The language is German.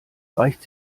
reicht